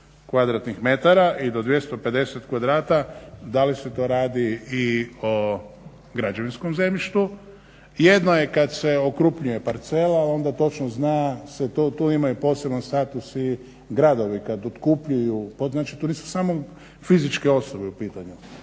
kvadratnih metara i do 250 kvadrata da li se to radi i o građevinskom zemljištu. Jedno je kad se okrupnjuje parcela. Onda točno zna se, tu imaju poseban status i gradovi kad otkupljuju. Znači, tu nisu samo fizičke osobe u pitanju.